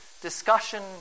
discussion